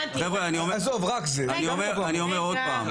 אני אומר עוד פעם,